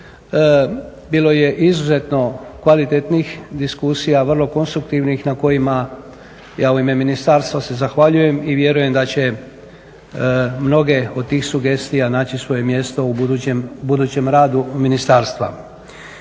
bilo je izuzetno kvalitetnih diskusija vrlo konstruktivnih na kojima ja u ime ministarstva se zahvaljujem i vjerujem da će mnoge od tih sugestija naći svoje mjesto u budućem radu ministarstva.